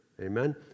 Amen